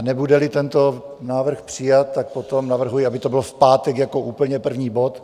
Nebudeli tento návrh přijat, tak potom navrhuji, aby to bylo v pátek jako úplně první bod.